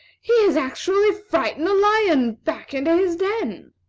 he has actually frightened the lion back into his den!